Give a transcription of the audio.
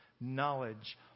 knowledge